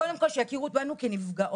קודם כל שיכירו בנו כנפגעות.